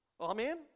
Amen